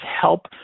help